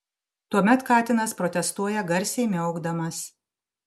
tuomet katinas protestuoja garsiai miaukdamas